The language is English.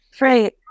Right